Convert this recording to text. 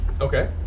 Okay